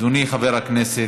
אדוני חבר הכנסת,